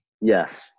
Yes